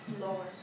lower